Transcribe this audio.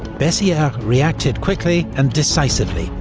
bessieres reacted quickly and decisively,